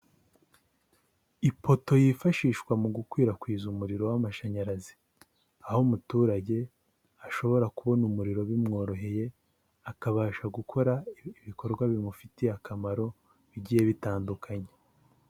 Ipoto yifashishwa mu gukwirakwiza umuriro w'amashanyarazi, aho umuturage ashobora kubona umuriro bimworoheye akabasha gukora ibikorwa bimufitiye akamaro, bigiye bitandukanye.